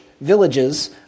villages